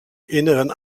inneren